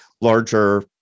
larger